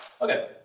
Okay